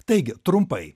taigi trumpai